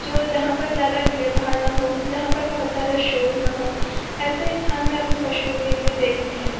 जो जहाँ पर ज़्यादा भीड़ भाड़ ना हो जहाँ पर बहुत ज़्यादा शोर ना हो ऐसे स्थान में अपने पशुओं के लिए देखते हैं